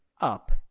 up